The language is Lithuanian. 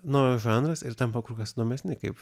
naujas žanras ir tampa kur kas įdomesni kaip